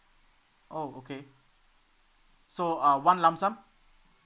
oh okay so uh one lump sum